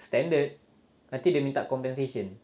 standard nanti dia minta compensation